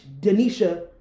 Denisha